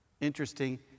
Interesting